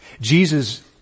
Jesus